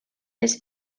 les